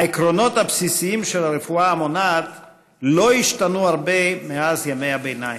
העקרונות הבסיסיים של הרפואה המונעת לא השתנו הרבה מאז ימי הביניים.